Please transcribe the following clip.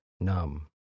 numb